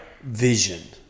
Vision